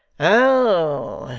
oh!